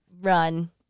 run